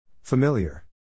Familiar